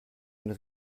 une